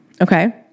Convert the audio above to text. okay